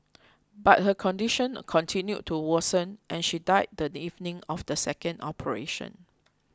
but her condition continued to worsen and she died the evening of the second operation